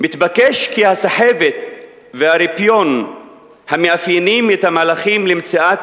"מתבקש כי הסחבת והרפיון המאפיינים את המהלכים למציאת